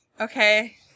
okay